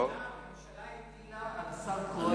הממשלה הטילה על השר כהן,